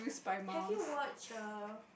have you watch err